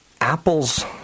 apple's